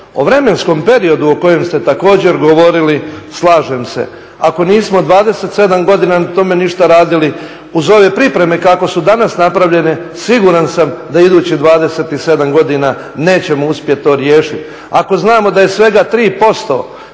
O vremenskom periodu o kojem ste također govorili slažem se. Ako nismo 27 godina na tome ništa radili uz ove pripreme kako su danas napravljene siguran sam da idućih 27 godina nećemo uspjeti to riješiti. Ako znamo da je svega 3%